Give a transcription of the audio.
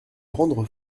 rendre